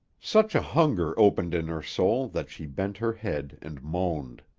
such a hunger opened in her soul that she bent her head and moaned.